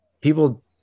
people